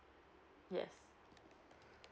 yes